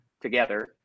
together